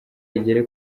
igere